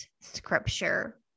scripture